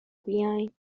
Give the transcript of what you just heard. بیاین